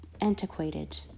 antiquated